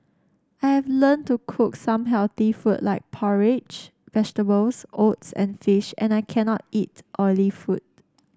I have learned to cook some healthy food like porridge vegetables oats and fish and I cannot eat oily food